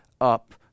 up